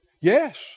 yes